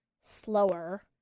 slower